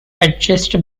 adjust